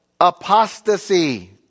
apostasy